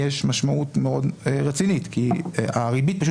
יש משמעות מאוד רצינית כי הריבית פשוט